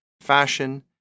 fashion